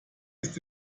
ist